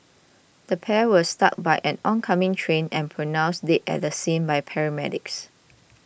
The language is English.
the pair were struck by an oncoming train and pronounced the scene by paramedics